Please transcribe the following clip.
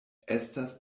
estas